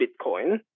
bitcoin